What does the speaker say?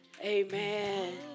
Amen